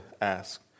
ask